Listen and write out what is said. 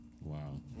Wow